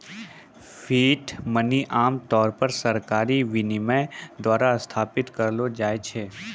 fiat money आम तौर पर सरकारी विनियमन द्वारा स्थापित करलो जाय छै